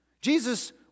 Jesus